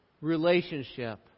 relationship